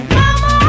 mama